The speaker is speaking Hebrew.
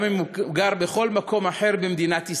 גם אם הוא גר בכל מקום אחר במדינת ישראל,